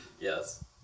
Yes